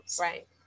Right